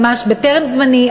ממש טרם זמני,